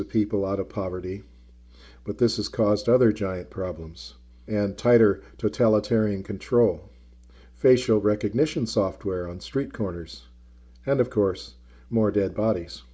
of people out of poverty but this is caused other giant problems and tighter to tele tearing control facial recognition software on street corners and of course more dead bodies